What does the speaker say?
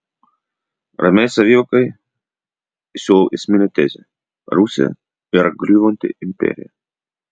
ramiai savivokai siūlau esminę tezę rusija yra griūvanti imperija